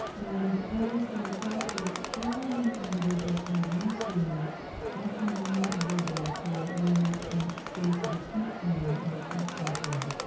and i ask them the question how many individuals have you seen at the moment of their death who were really in states of acute pain or acute suffering?